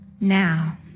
Now